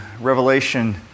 Revelation